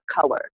color